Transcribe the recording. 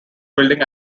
building